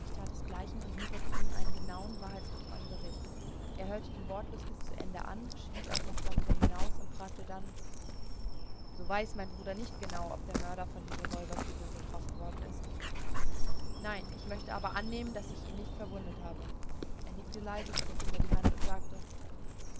tat desgleichen und lieferte ihm einen genauen wahrheitsgetreuen bericht er hörte ihn wortlos bis zu ende an schwieg auch noch darüber hinaus und fragte dann so weiß mein bruder nicht genau ob der mörder von den revolverkugeln getroffen worden ist nein ich möchte aber annehmen daß ich ihn nicht verwundet habe er nickte leise drückte mir die hand und sagte